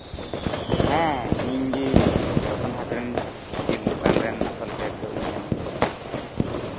ᱦᱮᱸ ᱤᱧ ᱜᱮ ᱡᱷᱟᱲᱠᱷᱚᱸᱰ ᱦᱟᱴ ᱨᱮᱱ ᱡᱤᱞ ᱫᱚᱠᱟᱱ ᱨᱮᱱ ᱟᱥᱚᱞ ᱦᱮᱹᱰ ᱫᱚ ᱤᱧ ᱠᱟᱱ ᱜᱤᱭᱟᱹᱧ